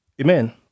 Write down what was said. Amen